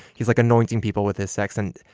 he's like anointing people with his sex. and,